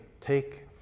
take